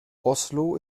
oslo